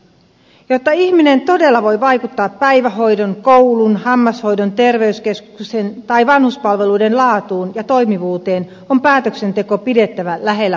jotta ihminen todella voi vaikuttaa päivähoidon koulun hammashoidon terveyskeskuksen tai vanhuspalveluiden laatuun ja toimivuuteen on päätöksenteko pidettävä lähellä kuntalaisia